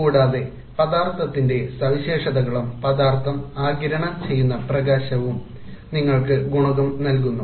കൂടാതെ പദാർത്ഥത്തിന്റെ സവിശേഷതകളും പദാർത്ഥം ആഗിരണം ചെയ്യുന്ന പ്രകാശവും നിങ്ങൾക്ക് ഗുണകം നൽകുന്നു